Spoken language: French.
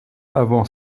avant